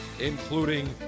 including